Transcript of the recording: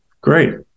great